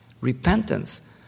Repentance